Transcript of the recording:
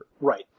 Right